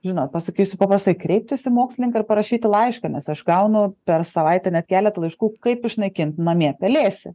žinot pasakysiu paprastai kreiptis į mokslininką ir parašyti laišką nes aš gaunu per savaitę net keletą laiškų kaip išnaikint namie pelėsį